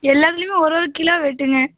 எல்லாத்துலேயுமே ஒரு ஒரு கிலோ வெட்டுங்க